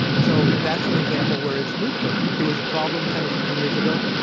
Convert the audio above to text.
so, that's an example where it's neutral. it was a problem ten or fifteen years ago,